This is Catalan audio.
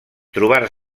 trobar